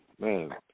man